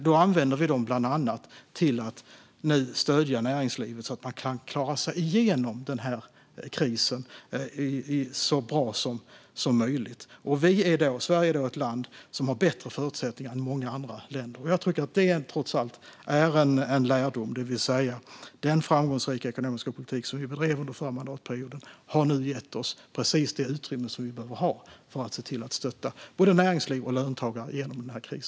Då använder vi dem nu bland annat till att stödja näringslivet, så att man kan klara sig igenom denna kris så bra som möjligt. Och Sverige är ett land som har bättre förutsättningar än många andra länder. Detta tycker jag trots allt är en lärdom, det vill säga att den framgångsrika ekonomiska politik som vi bedrev under förra mandatperioden nu har gett oss precis det utrymme som vi behöver ha för att se till att stötta både näringsliv och löntagare genom denna kris.